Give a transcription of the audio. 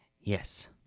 yes